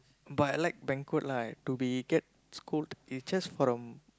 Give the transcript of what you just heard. but I like banquet lah to be get scold is just for a